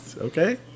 Okay